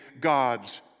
God's